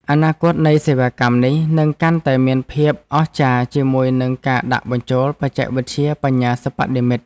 អនាគតនៃសេវាកម្មនេះនឹងកាន់តែមានភាពអស្ចារ្យជាមួយនឹងការដាក់បញ្ចូលបច្ចេកវិទ្យាបញ្ញាសិប្បនិម្មិត។